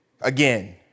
again